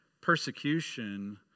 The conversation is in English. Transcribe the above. persecution